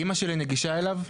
אמא שלי נגישה אליו?